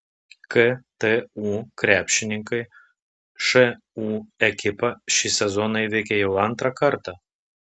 ktu krepšininkai šu ekipą šį sezoną įveikė jau antrą kartą